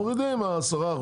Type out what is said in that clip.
מורידים 10%,